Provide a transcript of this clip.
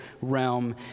realm